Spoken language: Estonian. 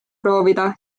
proovida